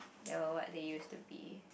they were what they used to be